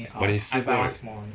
but 你试过 right